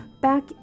back